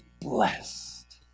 blessed